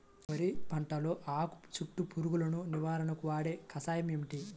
వరి పంటలో ఆకు చుట్టూ పురుగును నివారణకు వాడే కషాయం ఏమిటి?